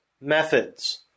methods